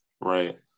Right